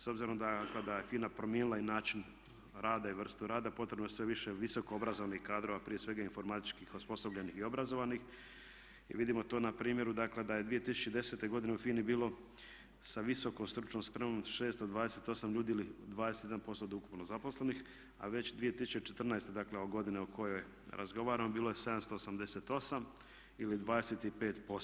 S obzirom da kada je FINA promijenila i način rada i vrstu rada potrebno je sve više visoko obrazovanih kadrova, prije svega informatičkih, osposobljenih i obrazovanih i vidimo to na primjeru, dakle da je 2010. godine u FINA-i bilo sa visokom stručnom spremom 628 ljudi ili 21% od ukupno zaposlenih, a već 2014., dakle o godini o kojoj razgovaramo bilo je 788 ili 25%